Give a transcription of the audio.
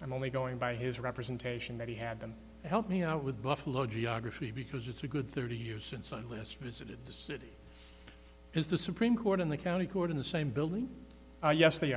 i'm only going by his representation that he had been to help me out with buffalo geography because it's a good thirty years since i last visited the city is the supreme court and the county court in the same building yes they